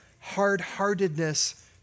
hard-heartedness